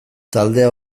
taldea